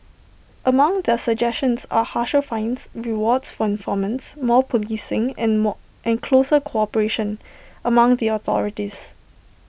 among their suggestions are harsher fines rewards for informants more policing and more and closer cooperation among the authorities